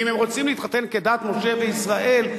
ואם הם רוצים להתחתן כדת משה וישראל,